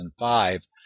2005